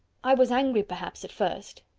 i was angry perhaps at first,